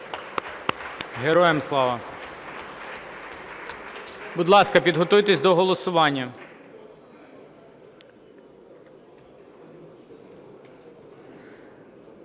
Героям Слава! Будь ласка, підготуйтесь до голосування.